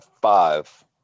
five